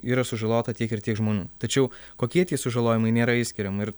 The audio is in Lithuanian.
yra sužalota tiek ir tiek žmonių tačiau kokie tie sužalojimai nėra išskiriama ir